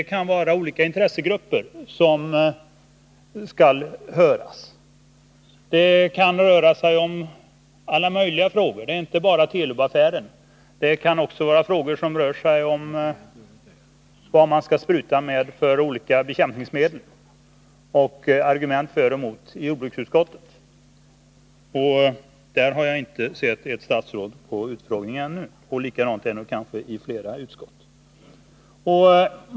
Det kan vara olika intressegrupper som skall höras. Det kan röra sig om alla möjliga frågor —- inte bara om Telubaffären. Det kan gälla frågan om vilka olika bekämpningsmedel man skall använda och argument för och emot detta i jordbruksutskottet. Där har jag inte sett ett enda statsråd på någon utskottsutfrågning. Likadant är det kanske i flera andra utskott.